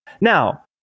Now